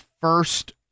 first